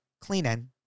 Cleaning